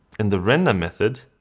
in the render method,